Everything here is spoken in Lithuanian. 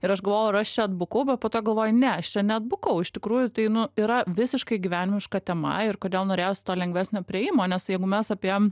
ir aš galvojau ar aš čia atbukau bet po to galvoju ne aš čia atbukau iš tikrųjų tai nu yra visiškai gyvenimiška tema ir kodėl norėjos to lengvesnio priėjimo nes jeigu mes apie